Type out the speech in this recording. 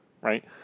right